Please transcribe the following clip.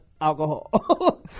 alcohol